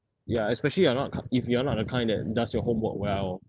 ya especially you are not ka~ if you are not a kind that does your homework well